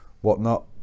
whatnot